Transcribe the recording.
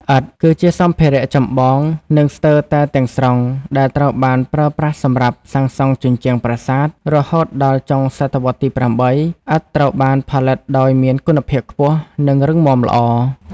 ឥដ្ឋ គឺជាសម្ភារៈចម្បង និងស្ទើរតែទាំងស្រុងដែលត្រូវបានប្រើប្រាស់សម្រាប់សាងសង់ជញ្ជាំងប្រាសាទ រហូតដល់ចុងសតវត្សរ៍ទី៨ ឥដ្ឋត្រូវបានផលិតដោយមានគុណភាពខ្ពស់ និងរឹងមាំល្អ។